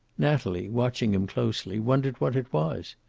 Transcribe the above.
natalie, watching him closely, wondered what it was.